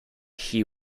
hee